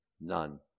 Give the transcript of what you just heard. None